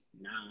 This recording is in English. nine